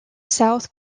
south